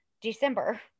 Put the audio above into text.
December